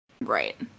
right